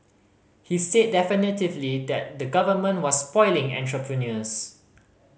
he said definitively that the Government was spoiling entrepreneurs